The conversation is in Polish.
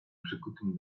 przykutym